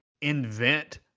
invent